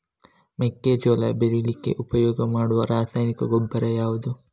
ಮೆಕ್ಕೆಜೋಳ ಬೆಳೀಲಿಕ್ಕೆ ಉಪಯೋಗ ಮಾಡುವ ರಾಸಾಯನಿಕ ಗೊಬ್ಬರ ಯಾವುದು?